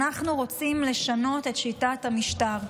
אנחנו רוצים לשנות את שיטת המשטר,